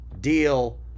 deal